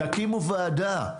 תקימו ועדה.